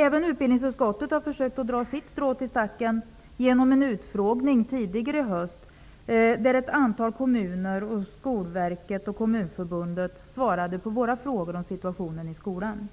Även utbildningsutskottet har försökt att dra sitt strå till stacken genom en utfrågning tidigare i höst. Där svarade ett antal kommuner, Skolverket och Kommunförbundet på våra frågor om situationen i skolan.